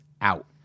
out